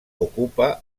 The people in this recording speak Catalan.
ocupa